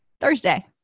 Thursday